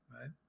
right